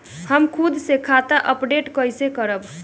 हम खुद से खाता अपडेट कइसे करब?